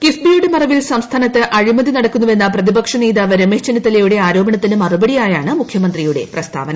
കിഫ്ബിയുടെ മറവിൽ സംസ്ഥാനത്ത് അഴിമതി നടക്കുന്നുഹ്പെന്നും പ്രതിപക്ഷ നേതാവ് രമേശ് ചെന്നിത്തലയുടെ ആരോപണത്തിന് മറുപടിയായാണ് മുഖ്യമന്ത്രിയുടെ പ്രസ്താ്വന